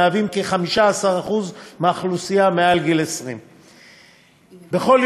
שהם כ-15% מהאוכלוסייה מעל גיל 20. בכל